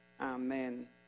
Amen